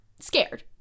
scared